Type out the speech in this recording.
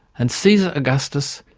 and caesar augustus,